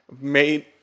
made